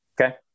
Okay